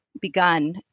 begun